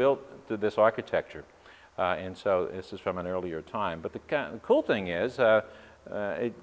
built to this architecture and so this is from an earlier time but the kind of cool thing is a